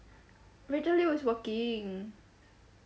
rachel liew is working